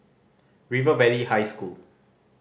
River Valley High School